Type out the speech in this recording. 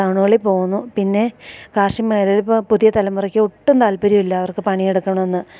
ടൗണുകളിൽ പോകുന്നു പിന്നെ കാർഷിക മേഖലയിപ്പോൾ പുതിയ തലമുറക്കൊട്ടും താൽപര്യമില്ലവർക്ക് പണിയെടുക്കണമെന്ന്